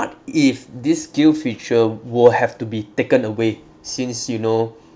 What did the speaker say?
if this skill future will have to be taken away since you know